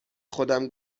خودم